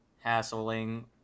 hassling